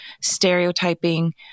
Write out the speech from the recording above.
stereotyping